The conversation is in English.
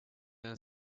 and